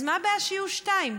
אז מה הבעיה שיהיו שתיים?